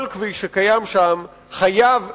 כל כביש שקיים שם חייב לשרת,